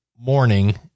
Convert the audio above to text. morning